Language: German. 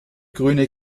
grüne